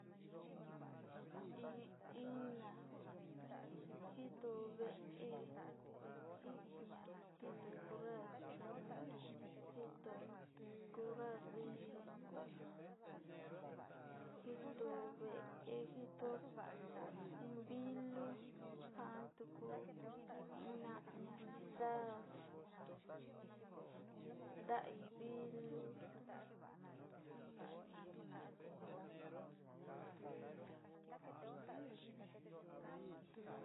Iin iná njituu vée njiña njito conrra chuun, njitu corra víi, njitu vée njito, iin vilu njan tuku ina kixa'a ndaí vilu.